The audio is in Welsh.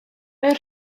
mewn